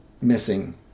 missing